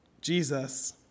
Jesus